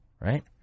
right